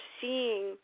seeing